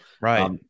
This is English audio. right